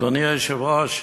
אדוני היושב-ראש,